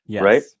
Right